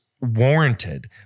warranted